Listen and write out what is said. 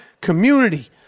community